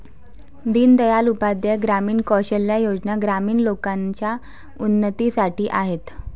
दीन दयाल उपाध्याय ग्रामीण कौशल्या योजना ग्रामीण लोकांच्या उन्नतीसाठी आहेत